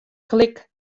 klik